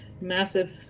massive